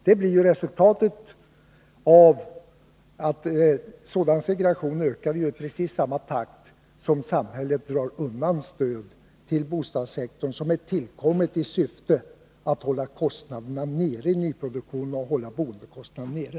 Det blir resultatet, och sådan segregation ökar i precis samma takt som samhället drar undan stöd till bostadssektorn som tillkommit i syfte att hålla kostnaderna nere i nyproduktionen och hålla boendekostnaderna nere.